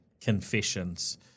confessions